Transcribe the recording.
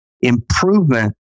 improvement